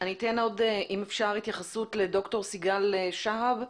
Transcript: אני אתן עוד התייחסות לדוקטור סיגל שהב,